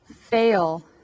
fail